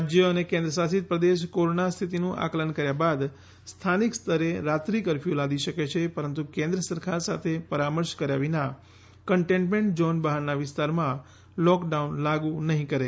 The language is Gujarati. રાજ્ય અને કેન્દ્રશાસિત પ્રદેશ કોરોના સ્થિતિનું આકલન કર્યા બાદ સ્થાનિક સ્તરે રાત્રિ કર્ફયૂ લાદી શકે છે પરંતુ કેન્દ્ર સરકાર સાથે પરામર્શ કર્યા વિના કન્ટેઇન્ટમેન્ટ ઝોન બહારના વિસ્તારોમાં લોકડાઉન લાગુ નહીં કરે